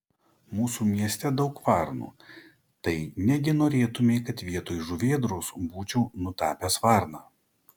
mūsų mieste daug varnų tai negi norėtumei kad vietoj žuvėdros būčiau nutapęs varną